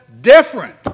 different